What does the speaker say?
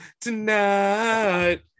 tonight